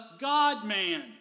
God-man